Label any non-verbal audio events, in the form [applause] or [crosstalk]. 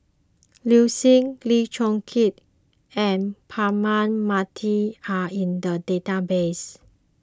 [noise] Liu Si Lim Chong Keat and Braema Mathi are in the database